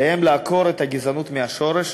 עליהם לעקור את הגזענות מהשורש,